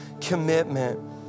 commitment